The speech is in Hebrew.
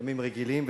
בימים רגילים,